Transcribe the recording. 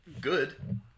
good